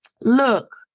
Look